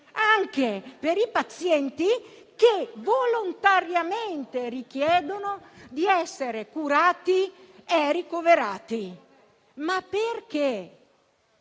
anche per i pazienti che volontariamente richiedono di essere curati e ricoverati. Perché?